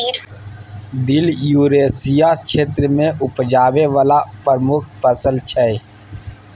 दिल युरेसिया क्षेत्र मे उपजाबै बला प्रमुख फसल छै